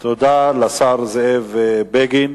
תודה לשר זאב בגין.